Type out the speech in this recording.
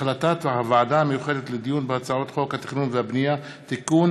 החלטת הוועדה המיוחדת לדיון בהצעת חוק התכנון והבנייה (תיקון,